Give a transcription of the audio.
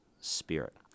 Spirit